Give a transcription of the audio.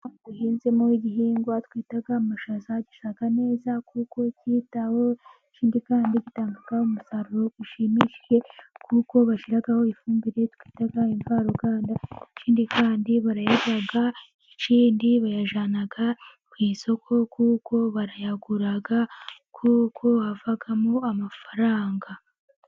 Umurima uhinzemo igihingwa twita amashaza, ashya neza kuko kitaweho ,ikindi kandi gitanga umusaruro ushimishije ,kuko bashyiraho ifumbire twita imvaruganda, ikindi kandi barayarya, ikindi bayajyana ku isoko, kuko barayagura kuko havamo amafaranga.